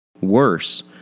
Worse